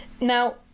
now